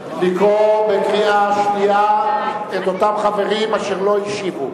לקרוא בקריאה שנייה את שמות אותם חברים אשר לא השיבו.